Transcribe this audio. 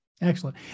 excellent